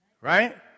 Right